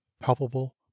palpable